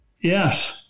Yes